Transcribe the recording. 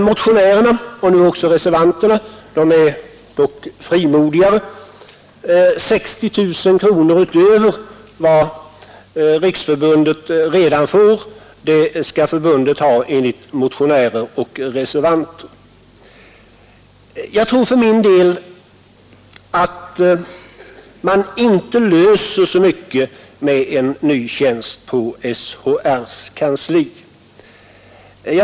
Motionärerna och reservanterna är alltså frimodigare och begär 60 000 kronor utöver vad Riksförbundet redan får. För min del tror jag inte att man löser problemet genom inrättandet av en ny tjänst på SHR:s kansli.